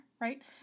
right